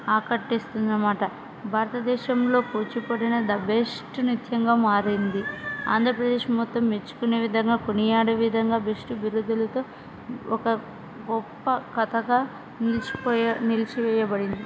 ఆకట్టిస్తుంది అన్నమాట భారతదేశంలో కూచిబడి అనే ద బెస్ట్ నృత్యంగా మారింది ఆంధ్రప్రదేశ్ మొత్తం మెచ్చుకునే విధంగా కొనిఆడే విధంగా బెస్ట్ బిరుదులతో ఒక గొప్ప కథగా నిలిచిపోయే నిలిచివేయబడింది